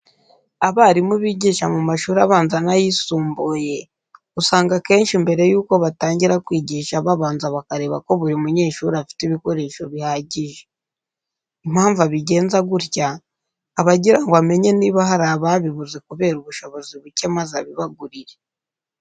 Abarimu bigisha mu mashuri abanza n'ayisumbuye, usanga akenshi mbere yuko batangira kwigisha babanza bakareba ko buri munyeshuri afite ibikoresho bihagije. Impamvu abigenza gutya, aba agira ngo amenye niba hari ababibuze kubera ubushobozi buke maze abibagurire.